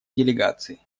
делегации